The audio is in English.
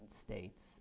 States